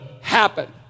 happen